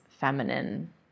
feminine